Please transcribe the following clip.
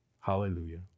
Hallelujah